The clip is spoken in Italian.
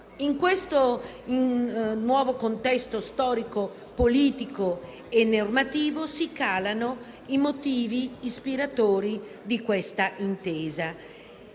In questo nuovo contesto storico-politico e normativo si calano i motivi ispiratori dell'Intesa.